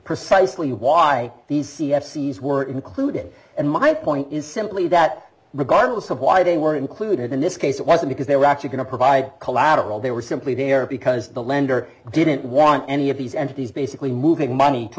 precisely why these c f c s were included and my point is simply that regardless of why they were included in this case it wasn't because they were actually going to provide collateral they were simply there because the lender didn't want any of these entities basically moving money to